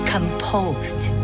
Composed